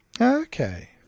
Okay